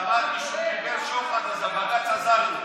כשאמרתי שהוא קיבל שוחד, אז הבג"ץ עזר לו,